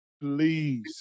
Please